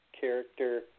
character